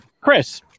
Chris